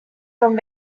from